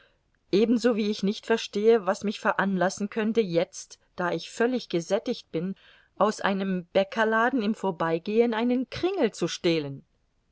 ebenso wie ich nicht verstehe was mich veranlassen könnte jetzt da ich völlig gesättigt bin aus einem bäckerladen im vorbeigehen einen kringel zu stehlen